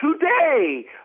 today